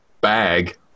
bag